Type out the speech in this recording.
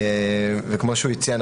כמו שהוא הציע,